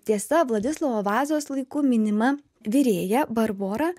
tiesa vladislovo vazos laikų minima virėja barbora